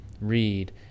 read